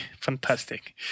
Fantastic